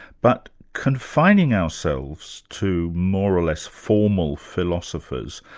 but confining ourselves to more or less formal philosophers,